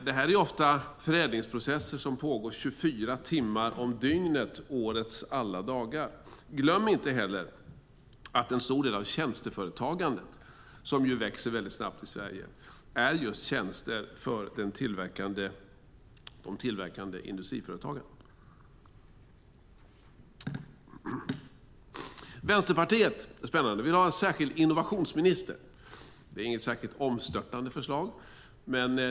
Det är ofta förädlingsprocesser som pågår 24 timmar om dygnet årets alla dagar. Glöm inte heller att en stor del av det snabbväxande tjänsteföretagandet är just tjänster för de tillverkande industriföretagen. Vänsterpartiet vill ha en särskild innovationsminister. Det är inget omstörtande förslag.